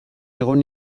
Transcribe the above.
egon